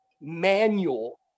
manual